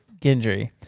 Gendry